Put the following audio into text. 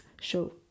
show